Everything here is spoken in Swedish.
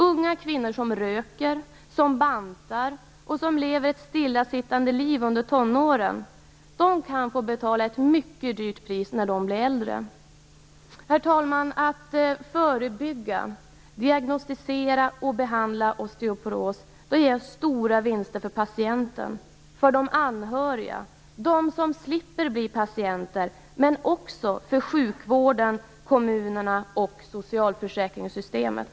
Unga kvinnor som röker, bantar och lever ett stillasittande liv under tonåren kan få betala ett mycket högt pris när de blir äldre. Herr talman! Att förebygga, diagnostisera och behandla osteoporos ger stora vinster för patienten, de anhöriga, de som slipper bli patienter men också för sjukvården, kommunerna och socialförsäkringssystemet.